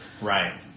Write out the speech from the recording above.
Right